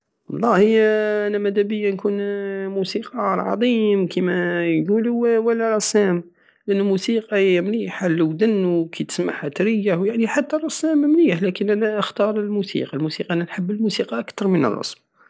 والله انا مدابية نكون موسيقار عظيم كيما يقولو ولا رسام لانو الموسيقى هي مليحة للودن وكي اسمعها تريح ويعني حتى الرسام مليح لكن انا اختار الموسيقى انا نحب الموسيقى اكتر من الرسم